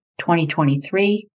2023